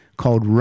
called